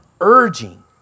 urging